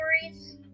stories